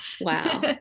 Wow